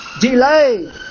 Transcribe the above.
delay